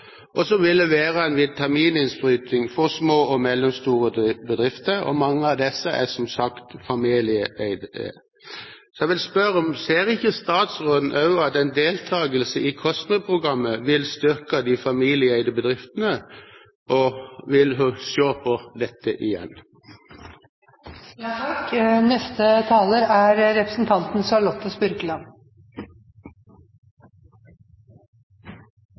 Det ville være en vitamininnsprøyting for små og mellomstore bedrifter, og mange av disse er som sagt familieeide. Så jeg vil spørre: Ser ikke statsråden at en deltakelse i COSME-programmet vil styrke de familieeide bedriftene, og vil hun se på dette igjen? Jeg ønsker å begynne med å takke min kollega, representanten